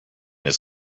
his